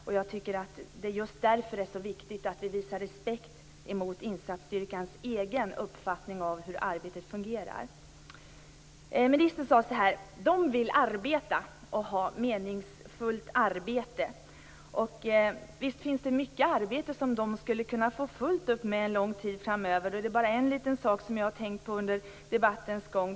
Just därför tycker jag att det är så viktigt att vi visar respekt för insatsstyrkans egen uppfattning av hur arbetet fungerar. Ministern sade att de vill arbeta och ha ett meningsfullt arbete. Visst finns det mycket arbete som de skulle kunna få fullt upp med en lång tid framöver. Det är en liten sak som jag har tänkt på under debattens gång.